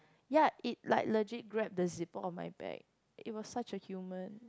ya it like legit grab the zipper on my bag it was such a human